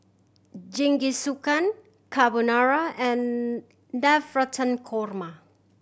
Jingisukan Carbonara and Navratan Korma